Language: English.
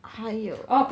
还有